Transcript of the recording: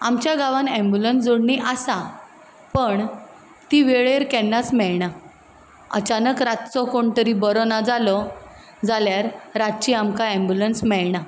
आमच्या गांवांत एम्ब्युलन्स जोडणी आसा पूण ती वेळेर केन्नाच मेळना अचानक रातचो कोण तरी बरो ना जालो जाल्यार रातची आमकां एम्ब्युलन्स मेळना